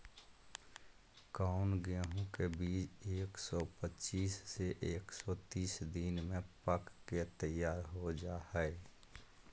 कौन गेंहू के बीज एक सौ पच्चीस से एक सौ तीस दिन में पक के तैयार हो जा हाय?